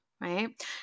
Right